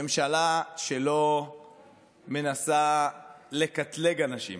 ממשלה שלא מנסה לקטלג אנשים